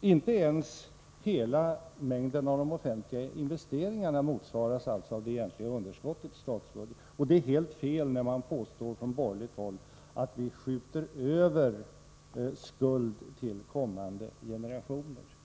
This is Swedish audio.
Inte ens hela mängden av de offentliga investeringarna motsvaras alltså av det egentliga underskottet i statsbudgeten. Det är helt fel när man påstår från borgerligt håll att vi skjuter över skuld till kommande generationer.